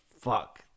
Fuck